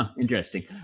Interesting